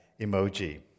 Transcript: emoji